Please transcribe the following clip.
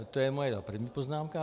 To je moje první poznámka.